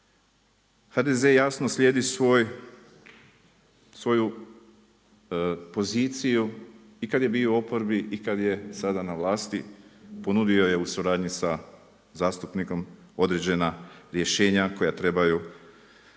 HDZ jasno slijedi svoju poziciju i kad je bio u oporbi i kad je sada na vlasti ponudio je u suradnji sa zastupnikom određena rješenja koja trebaju